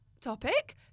topic